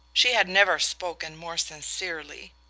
she had never spoken more sincerely.